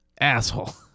Asshole